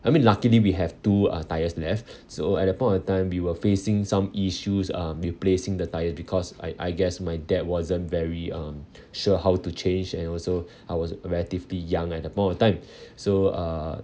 I mean luckily we have two uh tyres left so at that point of time we were facing some issues um replacing the tyre because I I guess my dad wasn't very um sure how to change and also I was relatively young at that point of time so uh